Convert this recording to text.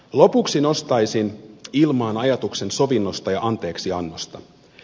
lopuksi nostaisin ilmaan ajatuksen sovinnosta ja anteeksiannosta